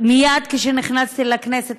מייד כשנכנסתי לכנסת,